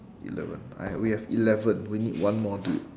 eleven alright we have eleven we need one more dude